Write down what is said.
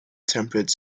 temperate